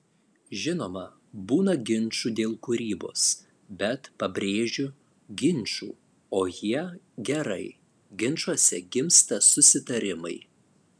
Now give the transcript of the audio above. žinoma būna ginčų dėl kūrybos bet pabrėžiu ginčų o jie gerai ginčuose gimsta susitarimai